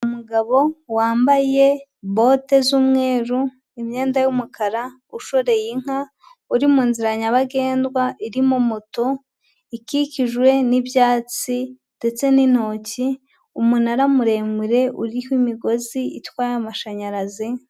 Umugabo wambaye bote z'umweru, imyenda y'umukara ushoreye inka, uri mu nzira nyabagendwa irimo moto, ikikijwe n'ibyatsi ndetse n'intoki, umunara muremure uriho imigozi itwaye amashanyarazi.